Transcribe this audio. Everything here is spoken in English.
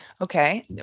Okay